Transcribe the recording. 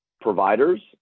providers